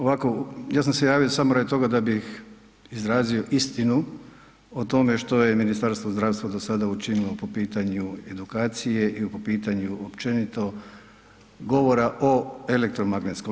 Ovako, ja sam se javio samo radi toga da bih izrazio istinu o tome što je Ministarstvo zdravstva do sada učinilo po pitanju edukacije i po pitanju općenito govora o elektromagnetskom.